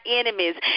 enemies